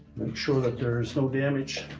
sure that there's no damage